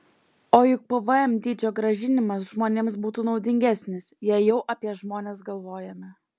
o juk pvm dydžio grąžinimas žmonėms būtų naudingesnis jei jau apie žmones galvojame